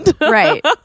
Right